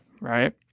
right